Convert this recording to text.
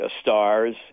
stars